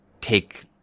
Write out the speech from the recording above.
take